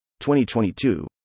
2022